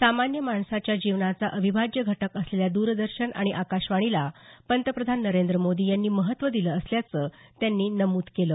सामान्य माणसाच्या जीवनाचा अविभाज्य घटक असलेल्या द्रदर्शन आणि आकाशवाणीला पंतप्रधान नरेंद्र मोदी यांनी महत्त्व दिलं असल्याचं त्यांनी नमूद केलं